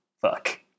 fuck